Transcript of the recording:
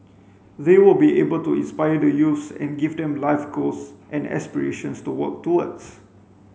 they will be able to inspire the youths and give them life goals and aspirations to work towards